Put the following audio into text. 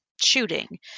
shooting